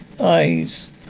eyes